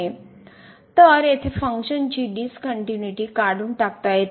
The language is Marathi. तर येथे फंक्शन ची डीसकनट्युनिटी काढून टाकता येते